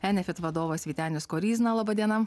enefit vadovas vytenis koryzna laba diena